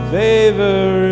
favor